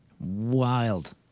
Wild